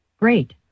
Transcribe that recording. Great